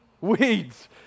Weeds